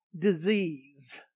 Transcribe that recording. disease